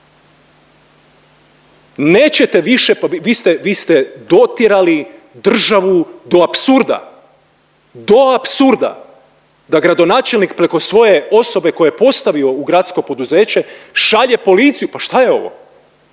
Nećete više, vi ste dotjerali državu do apsurda, do apsurda da gradonačelnik preko svoje osobe koje je postavio u gradsko poduzeće šalje policiju. Pa šta je ovo?